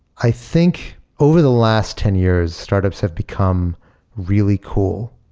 i think over the last ten years, startups have become really cool,